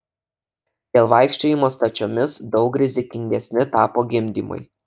dėl vaikščiojimo stačiomis daug rizikingesni tapo gimdymai